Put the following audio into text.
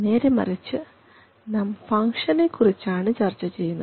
നേരെ മറിച്ച് നാം ഫംഗ്ഷൻനെകുറിച്ച് ആണ് ചർച്ച ചെയ്യുന്നത്